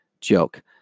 Joke